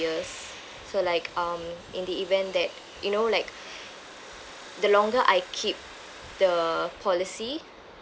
so like um in the event that you know like the longer I keep the policy